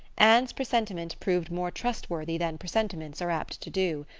anne's presentiment proved more trustworthy than presentiments are apt to do.